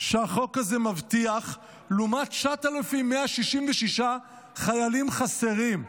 שהחוק הזה מבטיח, לעומת 9,166 חיילים חסרים.